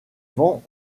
vend